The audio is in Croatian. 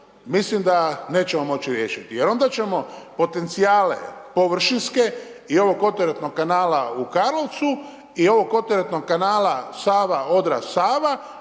mislim da nećemo moći riješiti. Jer onda ćemo potencijale površinske i ovog odteretnog kanala u Karlovcu i ovog odteretnog kanala Sava-Odra-Sava